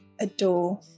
adore